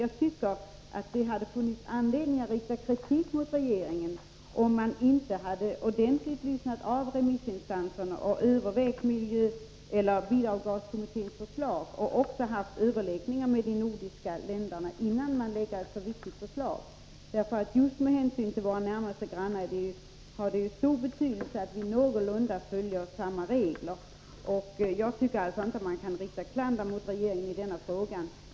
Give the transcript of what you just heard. Jag tycker att det hade funnits skäl att rikta kritik mot regeringen om den inte ordentligt hade lyssnat till remissinstanserna och övervägt bilavgaskommitténs förslag och också haft överläggningar med de nordiska länderna innan den lägger fram ett så viktigt förslag. Det har stor betydelse att vi följer ungefär samma regler som våra närmaste grannar. Jag tycker således inte att man kan framföra klander mot regeringen i den här frågan.